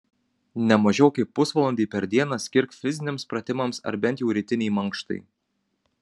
ne mažiau kaip pusvalandį per dieną skirk fiziniams pratimams ar bent jau rytinei mankštai